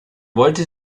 wollte